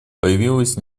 появилась